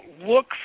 look